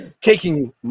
Taking